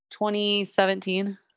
2017